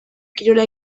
kirola